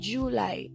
July